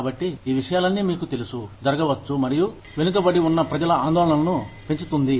కాబట్టి ఈ విషయాలన్నీ మీకు తెలుసు జరగవచ్చు మరియు వెనుకబడి ఉన్న ప్రజల ఆందోళనను పెంచుతుంది